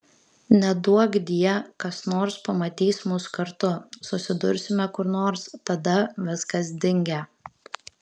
neduokdie kas nors pamatys mus kartu susidursime kur nors tada viskas dingę